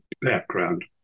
background